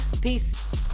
Peace